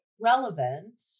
relevant